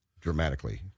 dramatically